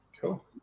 Cool